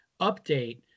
update